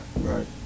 Right